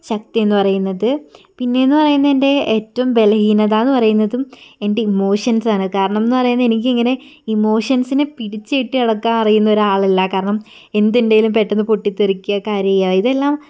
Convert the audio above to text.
ശക്തി എന്ന് പറയുന്നത് പിന്നേന്ന് പറയുന്നത് എൻ്റെ ഏറ്റവും ബലഹീനതാന്ന് പറയുന്നതും എൻ്റെ ഇമോഷൻസാണ് കാരണമെന്ന് പറയുന്നത് എനിക്ക് ഇങ്ങനെ ഇമോഷൻസിന് പിടിച്ചു കെട്ടി നടക്കാൻ അറിയുന്ന ഒരാൾ അല്ല കാരണം എന്തുണ്ടെങ്കിലും പെട്ടെന്ന് പൊട്ടിത്തെറിക്കുക കരയുക ഇതെല്ലാം